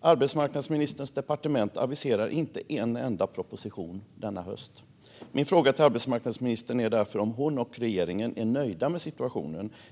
arbetsmarknadsministerns departement aviserar inte en enda proposition denna höst. Är arbetsmarknadsministern och regeringen nöjda med situationen?